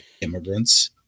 immigrants